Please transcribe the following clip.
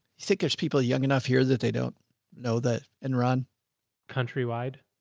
said there's people young enough here that they don't know that. and ron countrywide,